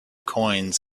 coins